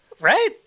right